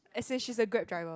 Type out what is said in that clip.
as in she's a Grab driver